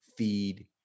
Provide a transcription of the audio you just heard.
feed